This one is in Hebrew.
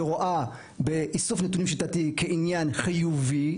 שרואה באיסוף נתונים שיטתי כעניין חיובי.